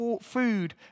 food